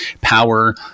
power